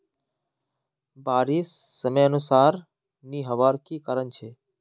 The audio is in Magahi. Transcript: बारिश समयानुसार नी होबार की कारण छे?